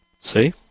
See